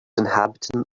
inhabitants